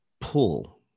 pull